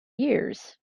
years